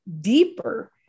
deeper